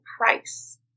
price